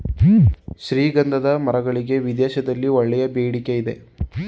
ಶ್ರೀಗಂಧದ ಮರಗಳಿಗೆ ವಿದೇಶಗಳಲ್ಲಿ ಒಳ್ಳೆಯ ಬೇಡಿಕೆ ಇದೆ